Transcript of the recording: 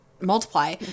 multiply